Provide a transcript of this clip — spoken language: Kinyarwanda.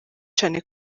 cane